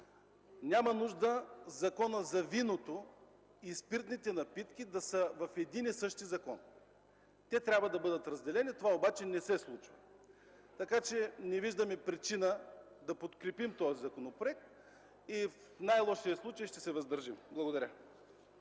Няма нужда виното и спиртните напитки да са в един и същи закон. Те трябва да бъдат разделени, но това не се случва. Така че не виждаме причина да подкрепим този законопроект. В най-лошия случай – ще се въздържим. Благодаря.